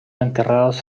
enterrados